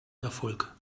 erfolg